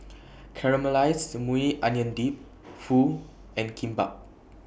Caramelized Maui Onion Dip Pho and Kimbap